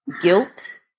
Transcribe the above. guilt